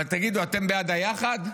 אבל תגידו, אתם בעד היחד?